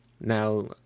Now